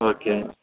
okay